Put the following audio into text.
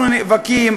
אנחנו נאבקים.